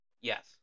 Yes